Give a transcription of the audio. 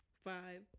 five